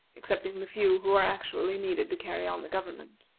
excepting the few who were actually needed to carry on the government,